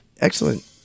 Excellent